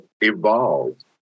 evolved